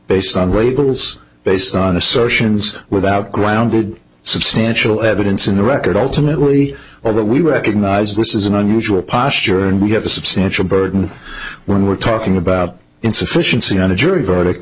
based on labels based on assertions without grounded substantial evidence in the record ultimately or that we recognize this is an unusual posture and we have a substantial burden when we're talking about insufficiency on a jury verdict